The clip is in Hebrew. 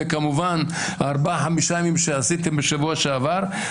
וכמובן הארבעה-חמישה ימים שעשיתם בשבוע שעבר,